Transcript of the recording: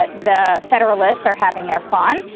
but the federalists are having their fun.